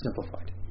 simplified